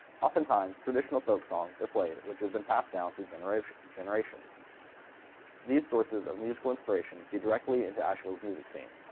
often time tradition folk songs are played which have been passed down through generation. these sources of musical inspiration feed directly into asheville's music scene.